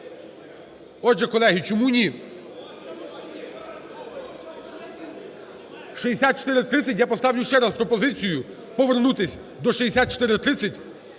Отже, колеги, чому ні? 6430 я поставлю ще раз пропозицію, повернутися до 6430.